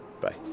Bye